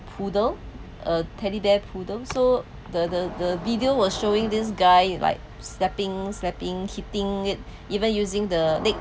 poodle a teddy bear poodle so the the the video was showing this guy like stepping slapping hitting it even using the leg